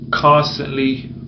constantly